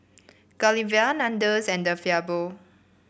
Godiva Nandos and De Fabio